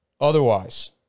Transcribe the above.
Otherwise